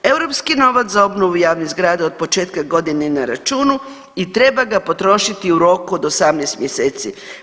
Europski novac za obnovu javnih zgrada od početka godine je na računu i treba ga potrošiti u roku od 18 mjeseci.